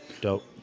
Dope